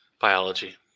Biology